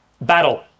battle